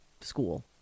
school